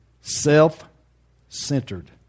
self-centered